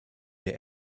wir